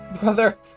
brother